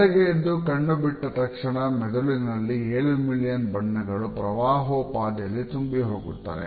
ಬೆಳಗ್ಗೆ ಎದ್ದು ಕಣ್ಣು ಬಿಟ್ಟ ತಕ್ಷಣ ಮೆದುಳಿನಲ್ಲಿ ಏಳು ಮಿಲಿಯನ್ ಬಣ್ಣಗಳು ಪ್ರವಾಹೋಪಾದಿಯಲ್ಲಿ ತುಂಬಿಹೋಗುತ್ತದೆ